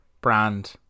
brand